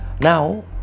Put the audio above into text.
now